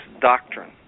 doctrine